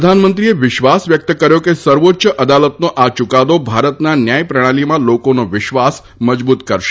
પ્રધાનમંત્રીએ વિશ્વાસ વ્યક્ત કર્યો હતો કે સર્વોચ્ય અદાલતનો આ ચૂકાદો ભારતના ન્યાય પ્રણાલીમાં લોકોને વિશ્વાસ મજબૂત કરશે